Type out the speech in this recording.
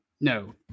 No